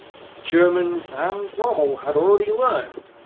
as the germans, and rommel, had already learned,